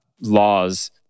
laws